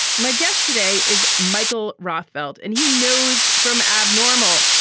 my guest today is michael rothfeld, and he knows from abnormal.